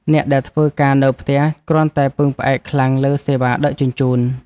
អ្នកដែលធ្វើការនៅផ្ទះ កាន់តែពឹងផ្អែកខ្លាំងលើសេវាដឹកជញ្ជូន។